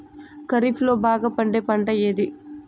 ఖరీఫ్ లో బాగా పండే పంట ఏది?